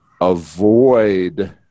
avoid